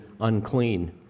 unclean